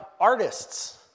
Artists